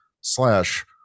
slash